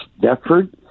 Deptford